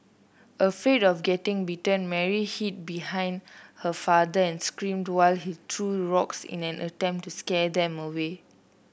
afraid of getting bitten Mary hid behind her father and screamed while he threw rocks in an attempt to scare them away